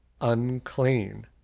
Unclean